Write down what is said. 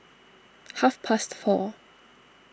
half past four